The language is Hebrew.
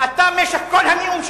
אתה עכשיו סיימת.